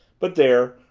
but there,